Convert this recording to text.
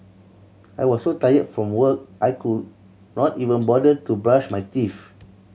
I was so tire from work I could not even bother to brush my teeth